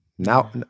Now